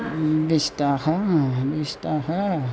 निष्टाः निष्टाः